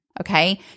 Okay